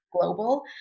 Global